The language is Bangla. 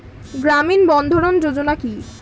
গ্রামীণ বন্ধরন যোজনা কি?